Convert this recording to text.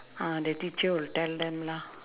uh the teacher will tell them lah